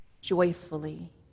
joyfully